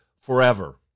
forever